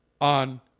on